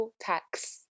tax